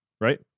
Right